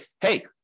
hey